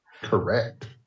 Correct